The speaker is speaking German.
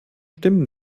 stimmen